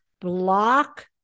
Block